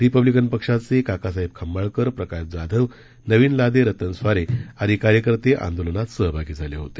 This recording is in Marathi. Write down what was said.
रिपब्लिकन पक्षाचे काकासाहेब खंबाळकर प्रकाश जाधव नवीन लादे रतन स्वारे आदी कार्यकर्ते आंदोलनात सहभागी झाले होते